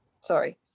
sorry